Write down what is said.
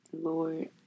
Lord